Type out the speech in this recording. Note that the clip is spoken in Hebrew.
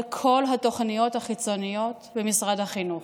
כל התוכניות החיצוניות במשרד החינוך,